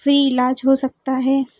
free इलाज हो सकता है